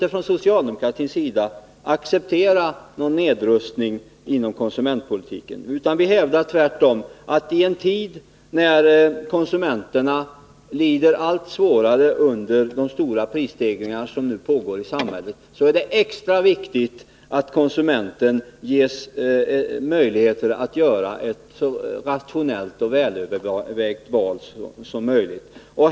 Från socialdemokratins sida kan vi inte acceptera någon nedrustning inom konsumentpolitiken, utan vi hävdar tvärtom att det, i en tid när konsument erna lider allt svårare under de stora prisstegringar som nu pågår i samhället, är extra viktigt att konsumenten ges möjlighet att göra ett så rationellt och välövervägt val som möjligt.